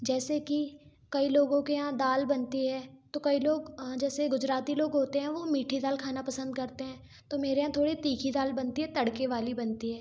जैसे कि कई लोगो के यहाँ दाल बनती है तो कई लोग जैसे गुजराती लोग होते हैं वो मीठी दाल खाना पसंद करते हैं तो मेरे यहाँ थोड़ी तीखी दाल बनती है तड़के वाली बनती है